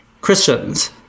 Christians